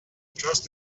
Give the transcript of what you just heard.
trust